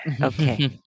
Okay